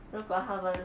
如果他们